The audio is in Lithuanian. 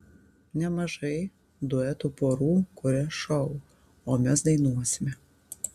nemažai duetų porų kuria šou o mes dainuosime